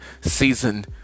season